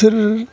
बिसोर